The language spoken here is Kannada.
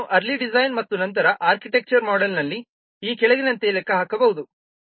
ಷೆಡ್ಯೂಲ್ ಅನ್ನು ಅರ್ಲಿ ಡಿಸೈನ್ ಮತ್ತು ನಂತರದ ಆರ್ಕಿಟೆಕ್ಚರ್ ಮೋಡೆಲ್ ಅಲ್ಲಿ ಈ ಕೆಳಗಿನಂತೆ ಲೆಕ್ಕ ಹಾಕಬಹುದು